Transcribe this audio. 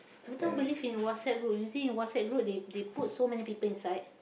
I don't believe in WhatsApp group you see in WhatsApp group they they put so many people inside